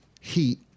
heat